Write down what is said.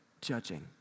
Judging